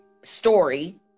story